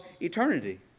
eternity